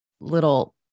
little